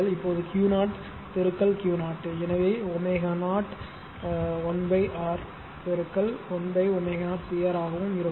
இப்போது Q0 பெருக்கல் Q0 எனவே ω0 lR பெருக்கல் 1ω0 CR ஆகவும் இருக்கும்